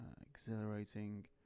exhilarating